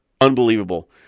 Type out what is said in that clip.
Unbelievable